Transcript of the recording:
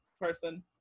person